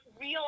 real